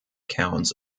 counts